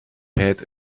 had